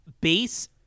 base